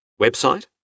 Website